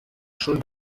schon